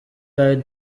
eyed